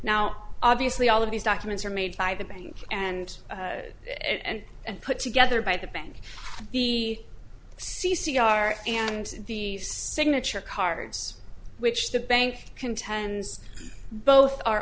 now obviously all of these documents are made by the bank and and and put together by the bank the c c r and the signature cards which the bank contends both are